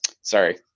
Sorry